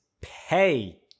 pay